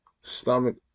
stomach